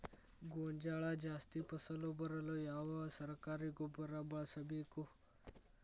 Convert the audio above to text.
ಗೋಂಜಾಳ ಜಾಸ್ತಿ ಫಸಲು ಬರಲು ಯಾವ ಸರಕಾರಿ ಗೊಬ್ಬರ ಬಳಸಬೇಕು?